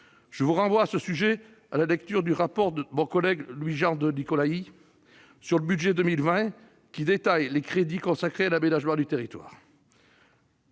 Je vous renvoie à la lecture du rapport de mon collègue Louis-Jean de Nicolaÿ sur le budget 2020, qui détaille les crédits consacrés à l'aménagement du territoire.